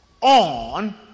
on